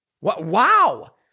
Wow